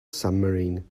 submarine